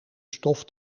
stof